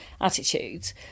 attitudes